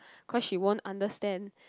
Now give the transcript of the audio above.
because she won't understand